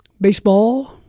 Baseball